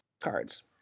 cards